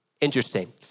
interesting